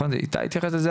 איתי,